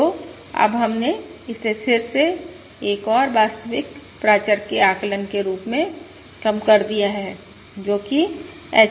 तो अब हमने इसे फिर से एक और वास्तविक प्राचर के आकलन के रूप में कम कर दिया है जो कि h